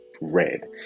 red